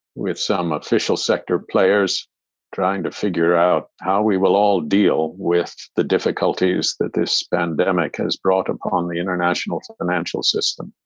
some official sector players trying to figure out how we will all deal with the difficulties that this pandemic has brought upon the international financial system.